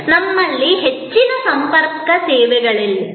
ನಮ್ಮಲ್ಲಿ ಹೆಚ್ಚಿನ ಸಂಪರ್ಕ ಸೇವೆಗಳಿವೆ